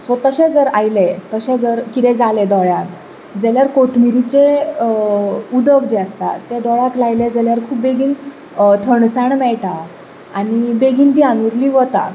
so तशें जर आयलें तशें जर कितें जालें दोळ्याक जाल्यार कोथमिरिचें उदक जें आसता तें दोळ्याक लायलें जाल्यार खूब बेगीन थंडसाण मेळटा आनी बेगीन ती आनुर्ली वता